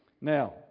now